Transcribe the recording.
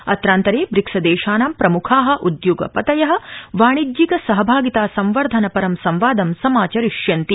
अत्रान्तरे ब्रिक्स देशानाम् प्रमुखा उदयोगपतय वाणिज्यिक सहभागितां संवर्धनपरं संवाद समाचरिष्यन्ति